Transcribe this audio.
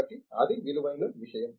కాబట్టి అది విలువైన విషయం